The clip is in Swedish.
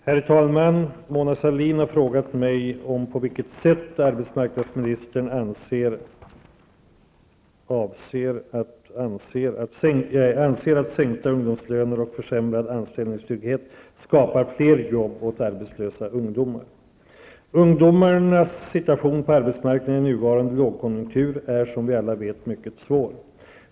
Herr talman! Mona Sahlin har frågat på vilket sätt arbetsmarknadsministern anser att sänkta ungdomslöner och försämrad anställningstrygghet skapar fler jobb åt arbetslösa ungdomar. Ungdomarnas situation på arbetsmarknaden i nuvarande lågkonjunktur är, som vi alla vet, mycket svår.